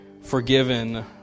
forgiven